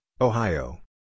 Ohio